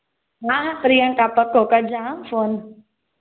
हा प्रियंका पको कॼां हा फोन